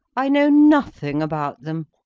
i know nothing about them.